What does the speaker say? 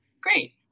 great